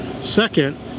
Second